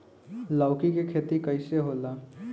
लौकी के खेती कइसे होला?